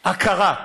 ההכרה,